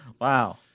Wow